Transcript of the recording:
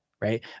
Right